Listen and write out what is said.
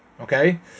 Okay